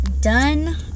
done